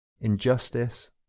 injustice